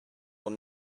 will